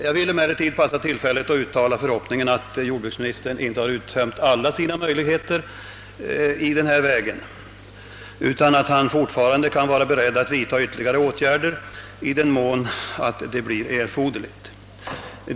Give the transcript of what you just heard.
Jag tar emellertid tillfället i akt att uttala förhoppningen, att jordbruksministern inte har uttömt alla sina möjligheter i detta avseende, utan att han är beredd att vidta ytterligare åtgärder i den mån sådana blir erforderliga.